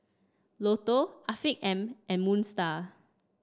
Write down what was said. Lotto Afiq M and Moon Star